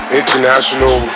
international